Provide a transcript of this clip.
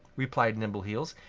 replied nimbleheels.